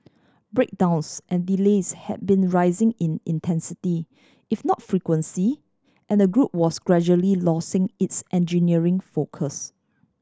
breakdowns and delays had been rising in intensity if not frequency and the group was gradually losing its engineering focus